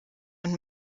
und